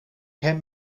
hem